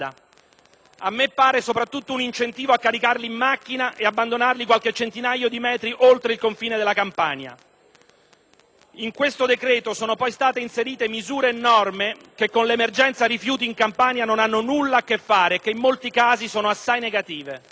A me pare soprattutto un incentivo a caricarli in macchina e ad abbandonarli qualche centinaia di metri oltre il confine della Campania. In questo decreto-legge sono poi state inserite misure e norme che con l'emergenza rifiuti in Campania non hanno nulla a che fare e che in molti casi sono assai negative.